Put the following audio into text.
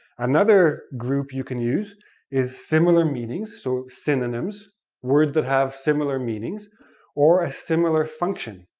another group you can use is similar meanings, so, synonyms words that have similar meanings or a similar function,